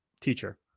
teacher